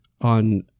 on